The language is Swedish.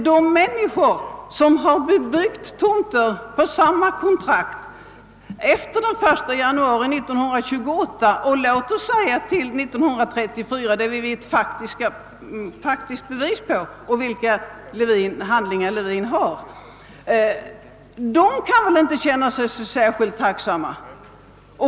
De människor som har bebyggt tomter enligt samma kontrakt efter den 1 januari 1928 och låt oss säga fram till år 1934 — ett år som vi har faktiskt bevis på i de handlingar som herr Levin har fått — kan emellertid inte känna sig särskilt tacksamma.